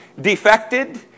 defected